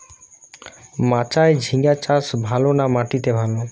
মাচায় ঝিঙ্গা চাষ ভালো না মাটিতে ভালো?